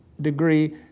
degree